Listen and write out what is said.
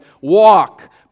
Walk